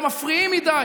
לא מפריעים מדי.